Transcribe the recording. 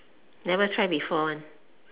never try before one